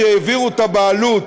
העבירו את הבעלות